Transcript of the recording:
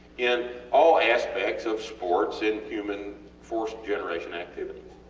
in all aspects of sports, in human force generation activities,